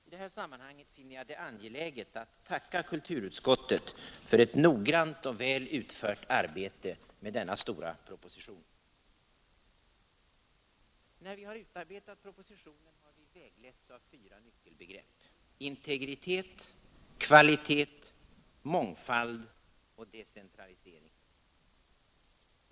I detta sammanhang finner jag det angeläget att tacka kulturutskottet för ett noggrant och väl utfört arbete med denna stora proposition. När vi har utarbetat propositionen har vi vägletts av fyra nyckelbegrepp: integritet, kvalitet, mångfald och decentralisering.